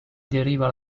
deriva